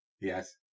Yes